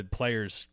players